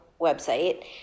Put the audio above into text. website